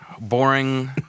boring